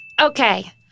okay